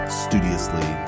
studiously